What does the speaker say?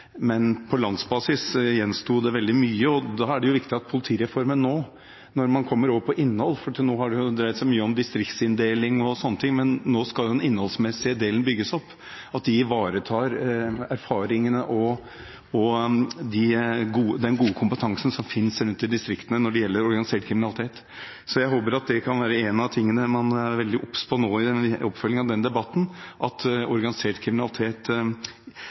men på landsbasis gjensto det veldig mye. Da er det viktig at politireformen nå, når man kommer over på innhold – for til nå har det dreid seg mye om distriktsinndeling og slike ting, men nå skal den innholdsmessige delen bygges opp – ivaretar de erfaringene og den gode kompetansen som finnes rundt i distriktene når det gjelder organisert kriminalitet. Jeg håper at det kan være en av tingene man er veldig obs på nå i oppfølgingen av den debatten: at kampen mot organisert kriminalitet